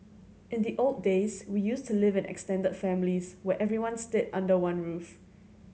in the old days we used to live in extended families where everyone stayed under one roof